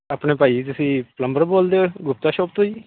ਆਪਣੇ ਭਾਈ ਜੀ ਤੁਸੀਂ ਪਲੰਬਰ ਬੋਲਦੇ ਹੋ ਗੁਪਤਾ ਸ਼ੋਪ ਜੀ ਤੋਂ